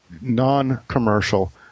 Non-commercial